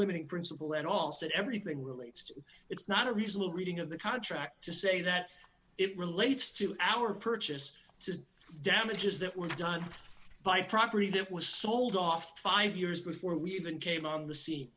limiting principle at all said everything relates to it's not a reasonable reading of the contract to say that it relates to our purchase to damages that were done by property that was sold off five years before we even came on the s